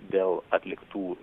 dėl atliktų